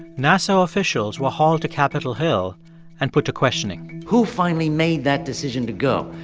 nasa officials were hauled to capitol hill and put to questioning who finally made that decision to go?